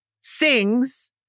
sings